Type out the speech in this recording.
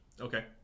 Okay